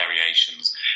variations